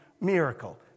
miracle